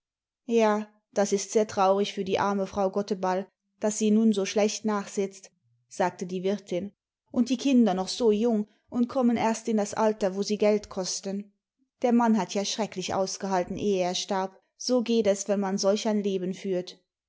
ja das ist sehr traurig für die arme frau gotteball daß sie nun so schlecht nachsitzt sagte die wirtin und die kinder noch so jung und kommen erst in das altef wo sie geld kosten der mann hat ja schrecklich ausgehalten ehe er starb so geht es wenn man solch ein leben führt